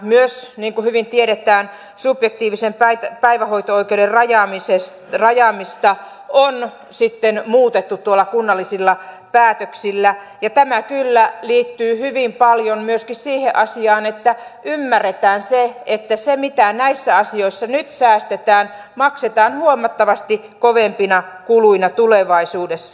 myös niin kuin hyvin tiedetään subjektiivisen päivähoito oikeuden rajaamista on sitten muutettu kunnallisilla päätöksillä ja tämä kyllä liittyy hyvin paljon myöskin siihen asiaan että ymmärretään se että se mitä näissä asioissa nyt säästetään maksetaan huomattavasti kovempina kuluina tulevaisuudessa